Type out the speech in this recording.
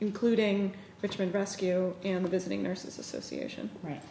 including richmond rescue and the visiting nurses association right